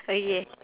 okay